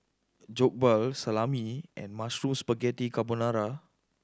Jokbal Salami and Mushroom Spaghetti Carbonara